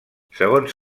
segons